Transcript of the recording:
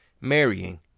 marrying